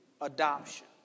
Adoption